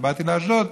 כשבאתי לאשדוד,